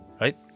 right